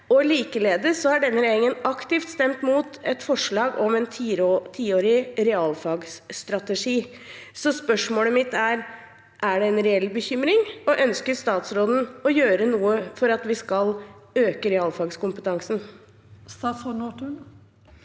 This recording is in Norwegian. Likeledes har denne regjeringen aktivt stemt mot et forslag om en tiårig realfagsstrategi. Spørsmålet mitt er: Er det en reell bekymring, og ønsker statsråden å gjøre noe for at vi skal øke realfagskompetansen?